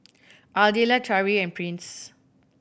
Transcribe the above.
Ardelle Tari and Prince